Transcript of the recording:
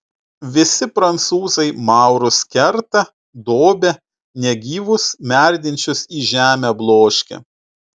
visi prancūzai maurus kerta dobia negyvus merdinčius į žemę bloškia